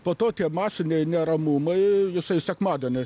po to tie masiniai neramumai jisai sekmadienį